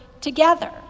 together